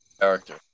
character